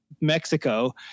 mexico